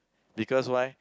because why